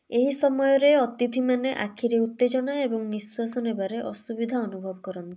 ଏହି ସମୟରେ ଅତିଥିମାନେ ଆଖିରେ ଉତ୍ତେଜନା ଏବଂ ନିଶ୍ୱାସ ନେବାରେ ଅସୁବିଧା ଅନୁଭବ କରନ୍ତି